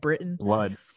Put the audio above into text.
blood